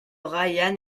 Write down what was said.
ryan